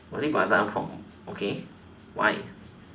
or is it my turn okay why